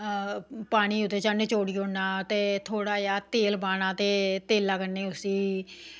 पानी ओह्दे चा नचोड़ी ओड़ना ते थोह्ड़ा जेहा तेल पाना ते उसी